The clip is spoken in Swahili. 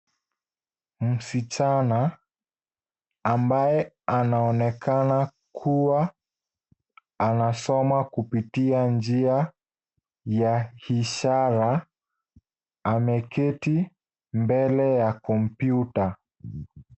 Msichana mbaye anaonekana kuwa anasoma kupitia njia ya ishara ameketi mbele ya kompyuta.